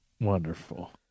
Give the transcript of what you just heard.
Wonderful